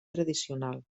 tradicional